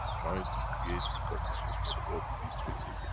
trying to create the conditions for the world peace treaty.